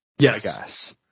Yes